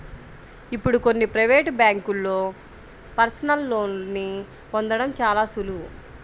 ఇప్పుడు కొన్ని ప్రవేటు బ్యేంకుల్లో పర్సనల్ లోన్ని పొందడం చాలా సులువు